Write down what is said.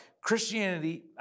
Christianity